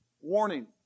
Warning